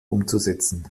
umzusetzen